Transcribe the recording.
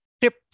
tip